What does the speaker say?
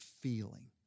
feeling